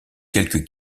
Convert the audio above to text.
quelques